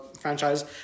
franchise